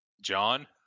John